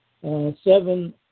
seven